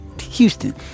Houston